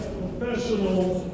professionals